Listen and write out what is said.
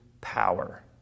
power